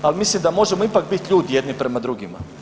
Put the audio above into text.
Ali mislim da možemo ipak biti ljudi jedni prema drugima.